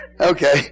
Okay